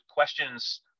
Questions